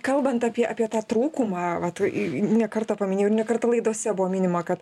kalbant apie apie tą trūkumą vat ne kartą paminėjau ir ne kartą laidose buvo minima kad